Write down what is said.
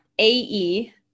AE